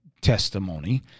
testimony